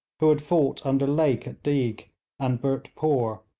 who had fought under lake at deig and bhurtpore,